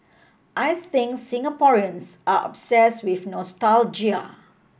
I think Singaporeans are obsess with nostalgia